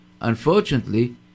Unfortunately